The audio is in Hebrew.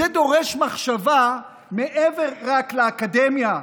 זה דורש מחשבה מעבר לאקדמיה,